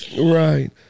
Right